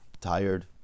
Tired